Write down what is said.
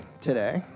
today